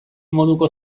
moduko